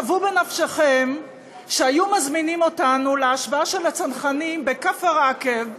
שוו בנפשכם שהיו מזמינים אותנו להשבעה של הצנחנים בכפר עקב,